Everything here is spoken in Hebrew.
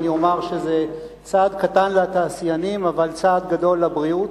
אני אומר שזה צעד קטן לתעשיינים אבל צעד גדול לבריאות.